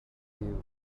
you